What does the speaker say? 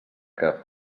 que